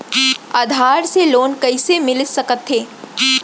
आधार से लोन कइसे मिलिस सकथे?